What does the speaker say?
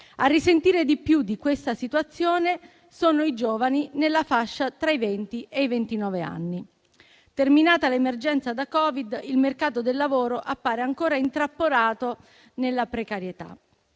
a risentire di più di questa situazione sono i giovani nella fascia tra i venti e i ventinove anni. Terminata l'emergenza da Covid, il mercato del lavoro appare ancora intrappolato nella precarietà.